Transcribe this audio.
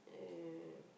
um